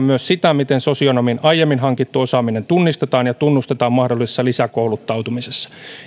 myös sitä miten sosionomin aiemmin hankittu osaaminen tunnistetaan ja tunnustetaan mahdollisessa lisäkouluttautumisessa